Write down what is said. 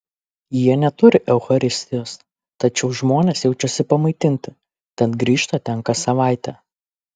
jie neturi eucharistijos tačiau žmonės jaučiasi pamaitinti tad grįžta ten kas savaitę